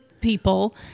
people